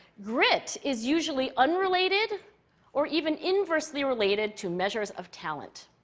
grit is usually unrelated or even inversely related to measures of talent.